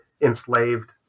enslaved